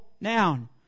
noun